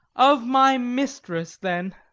of my mistress, then.